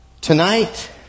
Tonight